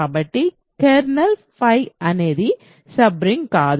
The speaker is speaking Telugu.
కాబట్టి కెర్నల్ అనేది సబ్ రింగ్ కాదు